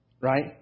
Right